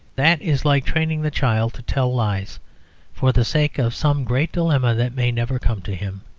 that is like training the child to tell lies for the sake of some great dilemma that may never come to him.